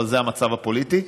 אבל זה המצב הפוליטי.